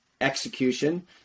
execution